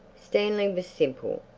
stanley was simple.